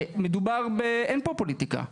אין פה פוליטיקה,